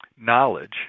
knowledge